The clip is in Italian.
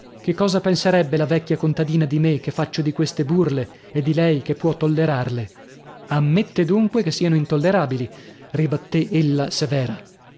che cosa penserebbe la vecchia contadina di me che faccio di queste burle e di lei che può tollerarle ammette dunque che siano intollerabili ribattè ella severa